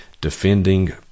defending